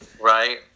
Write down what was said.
Right